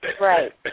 Right